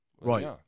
right